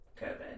covid